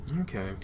Okay